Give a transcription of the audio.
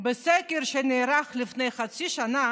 מסקר שנערך לפני חצי שנה